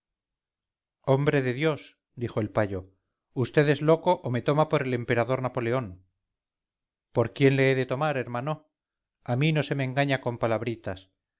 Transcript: hombre de dios dijo el payo vd es loco o me toma por el emperador napoleón por quién le he de tomar hermano a mí no se me engaña con palabritas